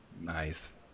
Nice